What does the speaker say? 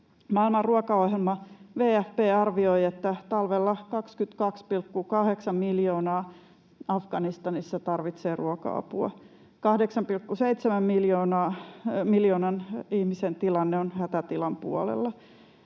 Maailman ruokaohjelma WFP arvioi, että talvella 22,8 miljoonaa ihmistä Afganistanissa tarvitsee ruoka-apua. 8,7 miljoonan ihmisen tilanne on hätätilan puolella.